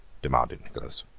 demanded nicholas.